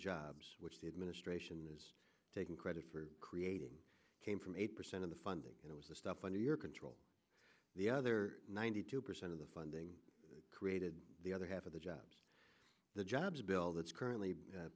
jobs which the administration has taken credit for creating came from eight percent of the funding was the stuff under your control the other ninety two percent of the funding created the other half of the jobs the jobs bill that's currently